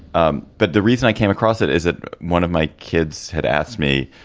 ah but the reason i came across it is that one of my kids had asked me,